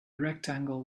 rectangle